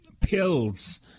pills